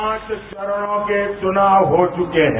पांच चरणों के चुनाव हो चुके हैं